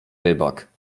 rybak